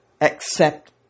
accept